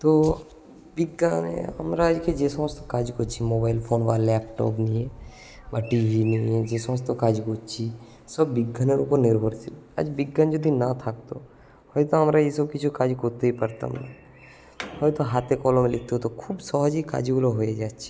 তো বিজ্ঞানে আমরা আজকে যে সমস্ত কাজ করছি মোবাইল ফোন বা ল্যাপটপ নিয়ে বা টিভি নিয়ে যে সমস্ত কাজ করছি সব বিজ্ঞানের উপর নির্ভরশীল আজ বিজ্ঞান যদি না থাকতো হয়তো আমরা এইসব কিছু কাজ করতেই পারতাম না হয়তো হাতে কলমে লিখতে হতো খুব সহজেই কাজগুলো হয়ে যাচ্ছে